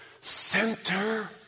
Center